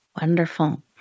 Wonderful